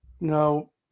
No